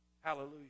Hallelujah